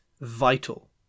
vital